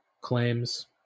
claims